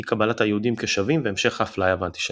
אי קבלת היהודים כשווים והמשך האפליה והאנטישמיות.